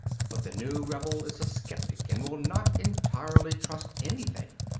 but the new rebel is a sceptic, and will not entirely trust anything.